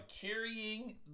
carrying